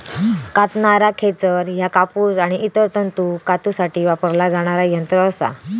कातणारा खेचर ह्या कापूस आणि इतर तंतू कातूसाठी वापरला जाणारा यंत्र असा